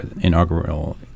inaugural